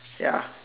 ya